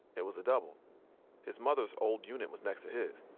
it was a double his mother's old unit was next to his.